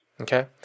Okay